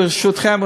ברשותכם,